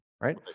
right